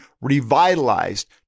revitalized